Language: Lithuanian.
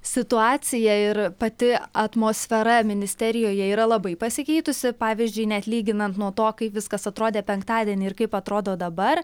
situacija ir pati atmosfera ministerijoje yra labai pasikeitusi pavyzdžiui net lyginant nuo to kaip viskas atrodė penktadienį ir kaip atrodo dabar